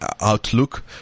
outlook